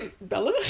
Bella